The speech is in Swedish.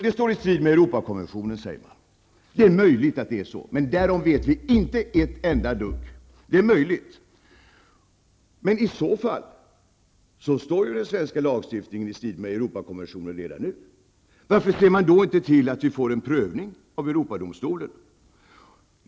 Det står i strid med Europakonventionen, säger man. Det är möjligt att det är så, men därom vet vi inte ett enda dugg. Det är möjligt, men i så fall står ju den svenska lagstiftningen i strid med Europakonventionen redan nu. Varför ser man då inte till att vi får en prövning av Europadomstolen?